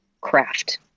craft